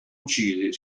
uccisi